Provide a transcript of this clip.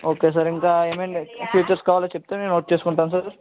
okay sir ఇంకా ఏమేం features కావాలో చెప్తే మేం నోట్ చేసుకుంటాం సార్